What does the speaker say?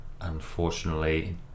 unfortunately